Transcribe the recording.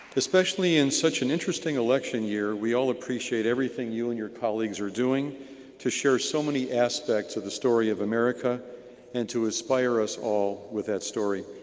especially in such an interesting election year, we all appreciate everything you and your colleagues are doing to share so many aspects of the story of america and to inspire us all with that story.